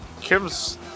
Kim's